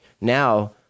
Now